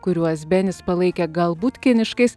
kuriuos benis palaikė galbūt kiniškais